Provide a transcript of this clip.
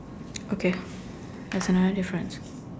okay there's another difference